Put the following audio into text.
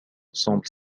semble